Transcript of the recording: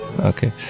Okay